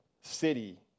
city